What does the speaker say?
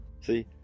See